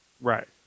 Right